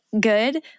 good